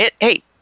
hey